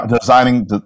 designing